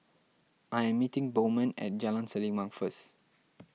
I am meeting Bowman at Jalan Selimang first